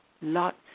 Lots